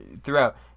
throughout